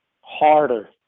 harder